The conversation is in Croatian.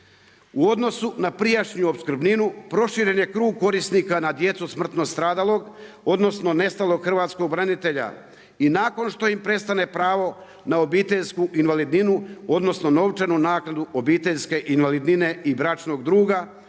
U odnosu na prijašnju opskrbninu proširen je krug korisnika na djecu smrtno stradalog odnosno nestalog hrvatskog branitelja i nakon što im prestane pravo na obiteljsku invalidninu odnosno novčanu naknadu obiteljske invalidninu odnosno novčanu